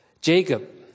Jacob